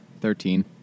Thirteen